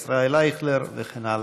איילת נחמיאס ורבין,